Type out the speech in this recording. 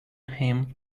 him